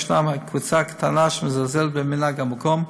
ישנה קבוצה קטנה שמזלזלת במנהג המקום,